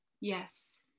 Yes